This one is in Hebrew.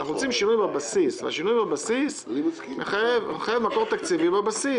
השינוי בבסיס מחייב מקור תקציבי בבסיס.